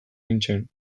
nintzen